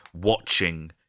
watching